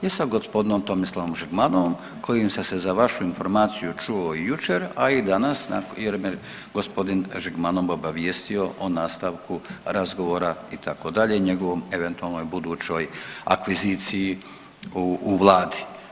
I sa gospodinom Tomislavom Žigmanovom kojim sam se za vašu informaciju čuo i jučer, a i danas jer me gospodin Žigmanov obavijestio o nastavku razgovora itd., i njegovoj eventualnoj budućoj akviziciji u vladi.